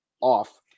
off